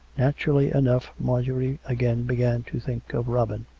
naturally enough marjorie again began to think of robin.